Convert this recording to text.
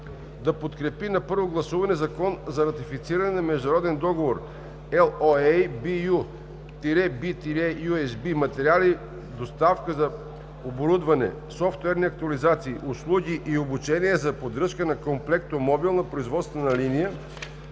да подкрепи на първо гласуване Закон за ратифициране на международен договор (LOA) BU-B-UCB, „Материали, доставка на оборудване, софтуерни актуализации, услуги и обучение за поддръжка на Комплектомобилна производствена линия